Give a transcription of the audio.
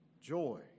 joy